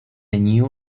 new